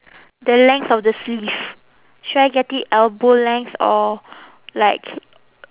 the length of the sleeve should I get it elbow length or like